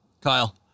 Kyle